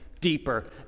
deeper